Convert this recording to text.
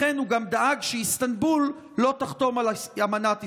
לכן הוא גם דאג שאיסטנבול לא תחתום על אמנת איסטנבול".